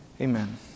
Amen